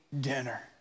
Dinner